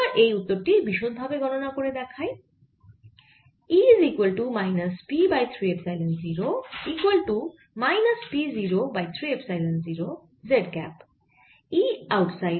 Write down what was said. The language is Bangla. এবার এই উত্তর টিই বিশদ ভাবে গণনা করে দেখাই